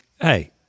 hey